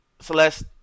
Celeste